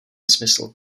smysl